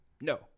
no